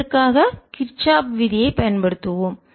இதற்காக கிர்ச்சாஃப் விதியை பயன்படுத்துவோம்